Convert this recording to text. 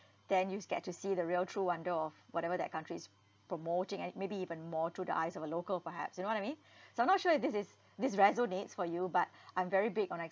then you s~ get to see the real true wonder of whatever that country is promoting and i~ maybe even more through the eyes of a local perhaps you know what I mean so I'm not sure if this is this resonates for you but I'm very big on